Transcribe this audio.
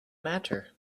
matter